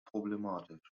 problematisch